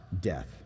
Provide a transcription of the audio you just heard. death